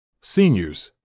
Seniors